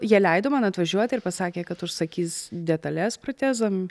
jie leido man atvažiuot ir pasakė kad užsakys detales protezam